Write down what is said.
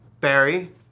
Barry